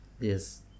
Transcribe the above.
yes